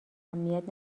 اهمیت